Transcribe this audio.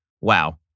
Wow